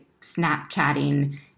Snapchatting